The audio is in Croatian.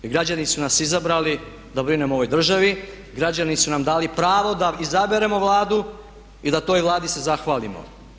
I građani su nas izabrali da brinemo o ovoj državi, građani su nam dali pravo da izaberemo Vladu i da toj Vladi se zahvalimo.